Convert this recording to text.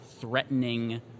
threatening